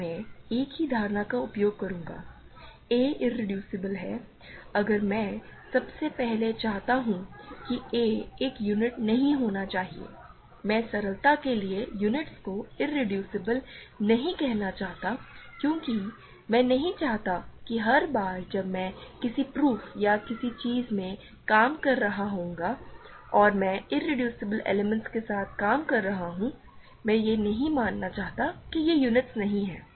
तो मैं एक ही धारणा का उपयोग करूंगा a इरेड्यूसिबल है अगर मैं सबसे पहले चाहता हूं कि a एक यूनिट नहीं होना चाहिए मैं सरलता के लिए यूनिट्स को इरेड्यूसिबल नहीं कहना चाहता क्योंकि मैं नहीं चाहता कि हर बार जब मैं किसी प्रूफ या किसी चीज में काम कर रहा होउंगा और मैं इरेड्यूसीबल एलिमेंट्स के साथ काम कर रहा हूं मैं यह नहीं मानना चाहता कि यह यूनिट नहीं है